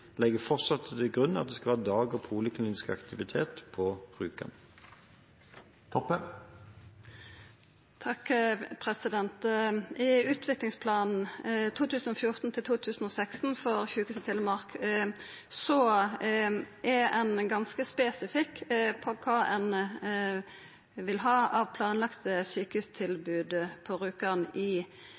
fortsatt til grunn at vi skal ha dag- og poliklinisk aktivitet på Rjukan. I utviklingsplanen 2014–2016 for Sykehuset Telemark er ein ganske spesifikk på kva ein vil ha av planlagde sjukehustilbod på Rjukan i